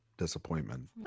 disappointment